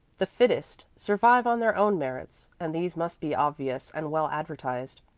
the fittest survive on their own merits, and these must be obvious and well advertised,